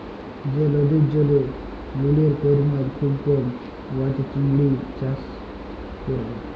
যে লদির জলে লুলের পরিমাল খুব কম উয়াতে চিংড়ি চাষ ক্যরা